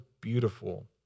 beautiful